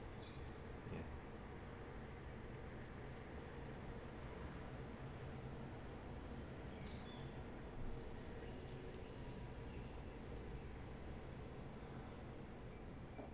ya